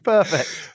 Perfect